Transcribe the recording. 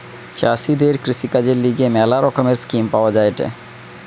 চাষীদের কৃষিকাজের লিগে ম্যালা রকমের স্কিম পাওয়া যায়েটে